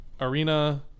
Arena